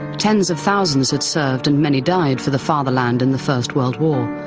tens of thousands had served and many died for the fatherland in the first world war.